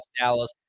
Dallas